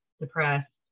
depressed